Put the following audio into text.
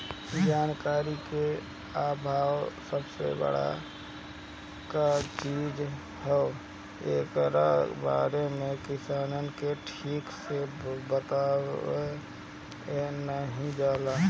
जानकारी के आभाव सबसे बड़का चीज हअ, एकरा बारे में किसान के ठीक से बतवलो नाइ जाला